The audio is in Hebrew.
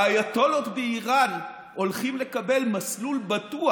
האייתוללות באיראן הולכים לקבל מסלול בטוח